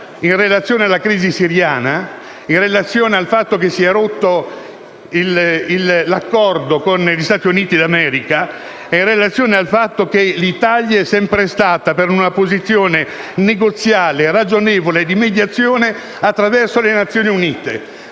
in relazione alla crisi siriana, in relazione al fatto che si è rotto l'accordo con gli Stati Uniti d'America e che l'Italia è sempre stata per una posizione negoziale ragionevole e di mediazione attraverso le Nazioni Unite.